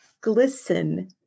glisten